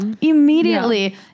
Immediately